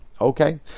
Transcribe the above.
Okay